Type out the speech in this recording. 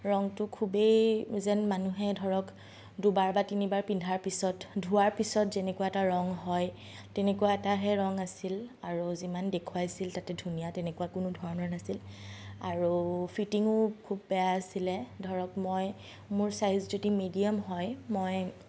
ৰংটো খুবেই যেন মানুহে ধৰক দুবাৰ বা তিনিবাৰ পিন্ধাৰ পিছত ধোৱাৰ পিছত যেনেকুৱা এটা ৰং হয় তেনেকুৱা এটাহে ৰং আছিল আৰু যিমান দেখুৱাইছিল তাতে ধুনীয়া তেনেকুৱা কোনো ধৰণৰ নাছিল আৰু ফিটিঙো খুব বেয়া আছিলে ধৰক মই মোৰ চাইজ যদি মিডিয়াম হয় মই